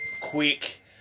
quick